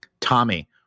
Tommy